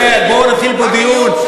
או, יפה, בוא נתחיל פה דיון.